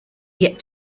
yet